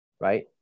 right